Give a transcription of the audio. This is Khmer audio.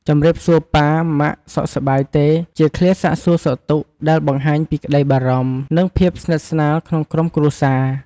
ជំរាបសួរប៉ា ម៉ាក់ សុខសប្បាយទេ? ជាឃ្លាសាកសួរសុខទុក្ខដែលបង្ហាញពីក្ដីបារម្ភ និងភាពស្និទ្ធស្នាលក្នុងក្រុមគ្រួសារ។